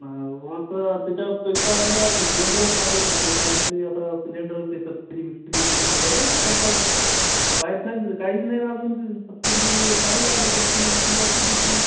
नाही ओ सर त्याच्यापेक्षा आपल्याला सि सिलेंडरच चांगलं पडते कारण ते आता सिलेंडरची सबसिडी बिपसिडी आहे ती भेटायलं आहे सरकारच्या पाईपलाईनचं तर काहीच नाही ना अजून ते सबसिडी चांगलं आहे ते सबसिडी बिपसिडी वापस येते